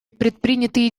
предпринятые